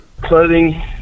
Clothing